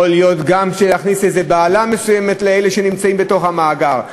יכול להיות שתגרום בהלה מסוימת לאלה שנמצאים במאגר,